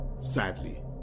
sadly